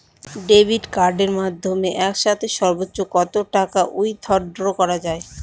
Debit কার্ডের মাধ্যমে একসাথে সর্ব্বোচ্চ কত টাকা উইথড্র করা য়ায়?